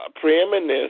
preeminence